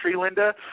Linda